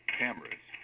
cameras